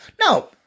No